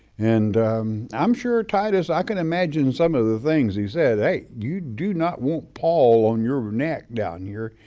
and i'm sure titus, i can imagine some of the things he said, hey, you do not want paul on your neck down here,